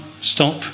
stop